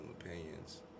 opinions